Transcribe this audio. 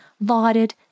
lauded